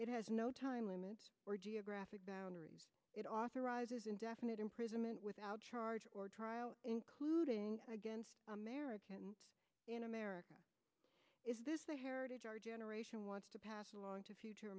it has no time limit or geographic boundaries it authorizes indefinite imprisonment without charge or trial including against americans in america is the heritage our generation wants to pass along to future